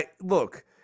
Look